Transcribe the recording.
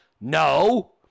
no